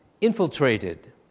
infiltrated